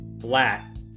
flat